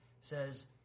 says